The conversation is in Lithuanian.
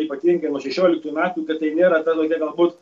ypatingai nuo šešioliktųjų metų kad tai nėra ta tokia galbūt